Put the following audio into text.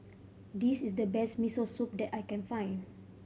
this is the best Miso Soup that I can find